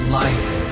life